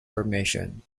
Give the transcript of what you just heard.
formation